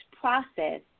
process